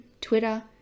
Twitter